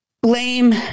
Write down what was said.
blame